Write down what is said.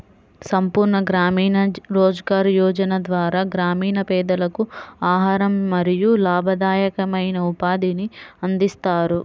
సంపూర్ణ గ్రామీణ రోజ్గార్ యోజన ద్వారా గ్రామీణ పేదలకు ఆహారం మరియు లాభదాయకమైన ఉపాధిని అందిస్తారు